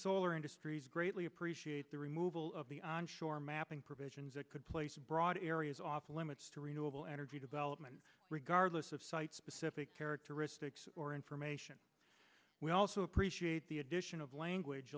solar industries greatly appreciate the removal of the onshore mapping provisions that could place broad areas off limits to renewable energy development regardless of site specific characteristics or information we also appreciate the addition of language